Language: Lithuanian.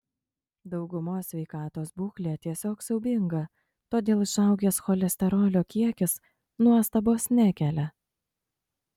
daugumos sveikatos būklė tiesiog siaubinga todėl išaugęs cholesterolio kiekis nuostabos nekelia